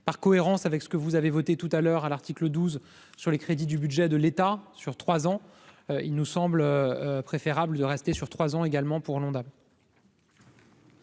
par cohérence avec ce que vous avez voté tout à l'heure à l'article 12 sur les crédits du budget de l'État sur 3 ans, il nous semble préférable de rester sur 3 ans également pour le Honda.